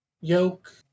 yoke